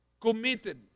committed